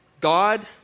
God